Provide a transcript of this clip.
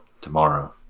tomorrow